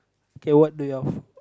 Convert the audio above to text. okay what do you all feel